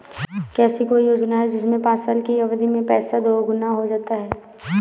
क्या ऐसी कोई योजना है जिसमें पाँच साल की अवधि में पैसा दोगुना हो जाता है?